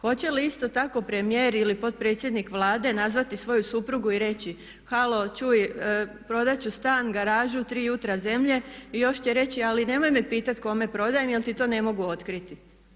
Hoće li isto tako premijer ili potpredsjednik Vlade nazvati svoju suprugu i reći, halo, čuj, prodati ću stan, garažu, tri jutra zemlje i još će reći ali nemoj me pitati kome prodajem jer ti to ne mogu otkriti.